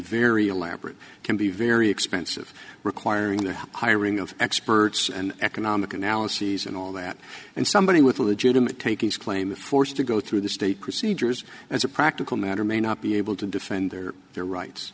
very elaborate can be very expensive requiring the hiring of experts and economic analyses and all that and somebody with a legitimate takings claim of force to go through the state procedures as a practical matter may not be able to defend their their rights